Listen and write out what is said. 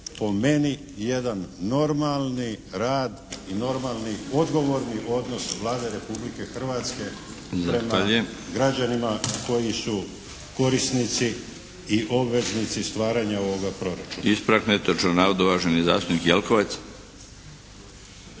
po meni jedan normalni rad i normalni odgovorni odnos Vlade Republike Hrvatske prema građanima koji su korisnici i obveznici stvaranja ovoga proračuna. **Milinović, Darko